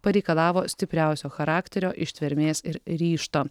pareikalavo stipriausio charakterio ištvermės ir ryžto